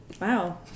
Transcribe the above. Wow